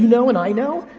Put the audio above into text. know and i know,